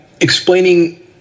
explaining